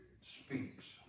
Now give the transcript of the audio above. speaks